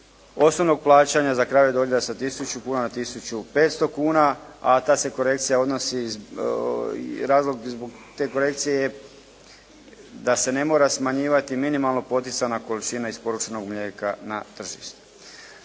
osobnog plaćanja za krave dojilje sa 1000 kuna na 1500 kuna, a ta se korekcija odnosi i razlog zbog te korekcije je da se ne mora smanjivati minimalno poticana količina isporučenog mlijeka na tržište.